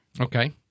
Okay